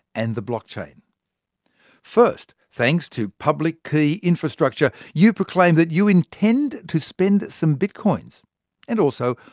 and the blockchain. first, thanks to public key infrastructure, you proclaim that you intend to spend some bitcoins and, also,